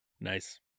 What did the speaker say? Nice